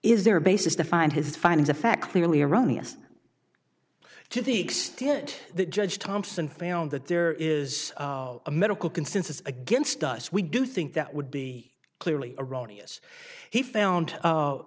is there a basis to find his findings of fact clearly erroneous to the extent that judge thompson found that there is a medical consensus against us we do think that would be clearly erroneous he found